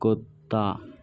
कुत्ता